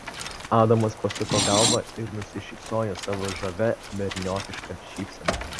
adamas pasuko galvą ir nusišypsojo savo žavia berniokiška šypsena